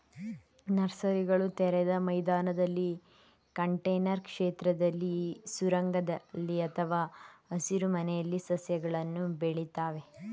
ನರ್ಸರಿಗಳು ತೆರೆದ ಮೈದಾನದಲ್ಲಿ ಕಂಟೇನರ್ ಕ್ಷೇತ್ರದಲ್ಲಿ ಸುರಂಗದಲ್ಲಿ ಅಥವಾ ಹಸಿರುಮನೆಯಲ್ಲಿ ಸಸ್ಯಗಳನ್ನು ಬೆಳಿತವೆ